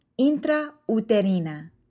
intrauterina